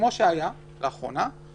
כמו שהיה לאחרונה,